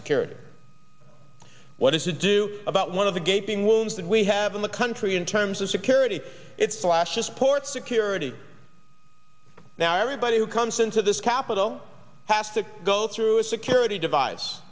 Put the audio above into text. security what does it do about one of the gaping wounds that we have in the country in terms of security it slashes port security now everybody who comes into this capital has to go through a security divi